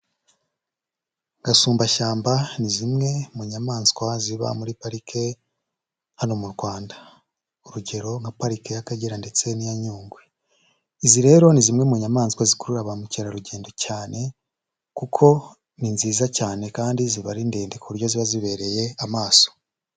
Agasumbashyamba ni zimwe mu nyamaswa ziba muri parike hano mu Rwanda, urugero nka parike y'Akagera ndetse n'iya Nyungwe. Izi rero ni zimwe mu nyamaswa zikurura ba mukerarugendo cyane, kuko ni nziza cyane kandi ziba ari ndende ku buryo ziba zibereye amaso.